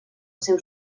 seu